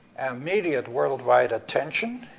immediate worldwide attention,